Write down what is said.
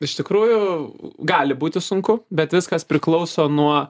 iš tikrųjų gali būti sunku bet viskas priklauso nuo